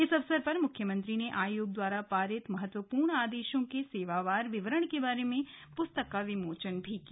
इस अवसर पर मुख्यमंत्री ने आयोग द्वारा पारित महत्वपूर्ण आदेशों के सेवावार विवरण के बारे में पुस्तक का विमोचन भी किया